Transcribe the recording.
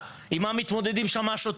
אתם כל הזמן עובדים עליהם,